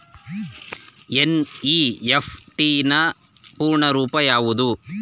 NEFT ನ ಪೂರ್ಣ ರೂಪ ಯಾವುದು?